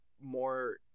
more